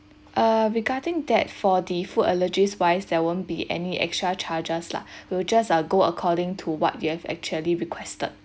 uh regarding that for the food allergies wise there won't be any extra charges lah we will just uh go according to what they have actually requested